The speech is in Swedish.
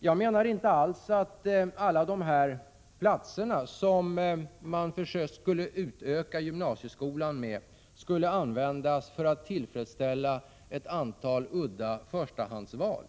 Jag menar inte alls att alla de platser som gymnasieskolan skulle utökas med skulle användas för att tillfredsställa ett antal udda förstahandsval.